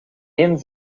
een